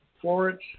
Florence